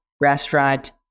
restaurant